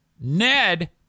Ned